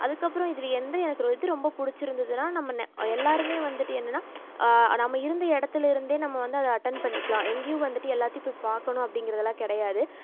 அதுக்கப்புறம் இதில் எந்த எனக்கு எது ரொம்ப பிடிச்சிருந்துதுனா நம்ம ந எல்லாருமே வந்துவிட்டு என்னென்னா நம்ம இருந்த இடத்துலேருந்தே நம்ம வந்து அத அட்டென்ட் பண்ணிக்கலாம் எங்கேயும் வந்துவிட்டு எல்லாத்தையும் போய் பார்க்கணும் அப்படிங்கிறதெல்லாம் கிடையாது